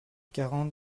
quarante